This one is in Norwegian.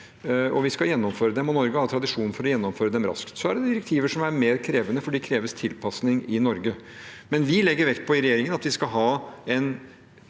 og vi skal gjennomføre dem. Norge har tradisjon for å gjennomføre dem raskt. Så er det direktiver som er mer krevende fordi det kreves tilpasning i Norge. I regjeringen legger vi vekt på at vi skal ha en